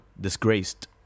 disgraced